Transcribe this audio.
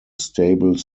stable